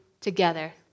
together